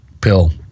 pill